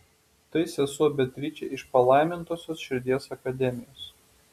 tai sesuo beatričė iš palaimintosios širdies akademijos